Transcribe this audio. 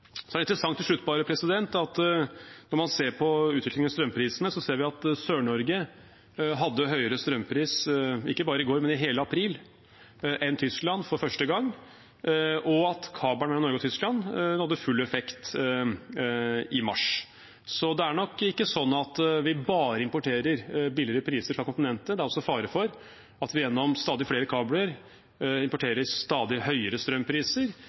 Til slutt: Det er interessant at når man ser på utviklingen i strømprisene, ser vi at Sør-Norge hadde høyere strømpris enn Tyskland ikke bare i går, men i hele april, for første gang, og at kabelen mellom Norge og Tyskland nådde full effekt i mars. Det er nok ikke sånn at vi bare importerer lavere priser fra kontinentet, det er også fare for at vi gjennom stadig flere kabler importerer stadig høyere strømpriser.